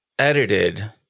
edited